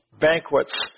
banquets